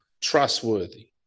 trustworthy